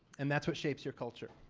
and that's what shapes your culture.